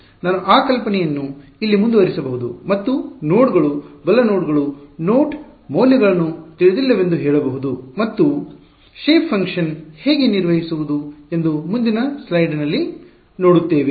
ನಾನು ಆ ಕಲ್ಪನೆಯನ್ನು ಇಲ್ಲಿ ಮುಂದುವರಿಸಬಹುದು ಮತ್ತು ನೋಡ್ ಗಳು ಬಲ ನೋಡ್ಗಳು ನೋಡ್ ಮೌಲ್ಯಗಳು ತಿಳಿದಿಲ್ಲವೆಂದು ಹೇಳಬಹುದು ಮತ್ತು ಆಕಾರ ಕಾರ್ಯಗಳನ್ನು ಶೇಪ್ ಫಂಕ್ಶನ್ ಹೇಗೆ ನಿರ್ಮಿಸುವುದು ಎಂದು ಮುಂದಿನ ಸ್ಲೈಡ್ನಲ್ಲಿ ನೋಡುತ್ತೇವೆ